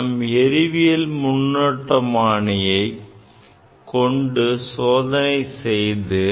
நாம் எறிவியல் மின்னோட்டமானியை கொண்டு சோதனை செய்து